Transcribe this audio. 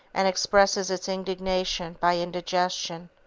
and expresses its indignation by indigestion.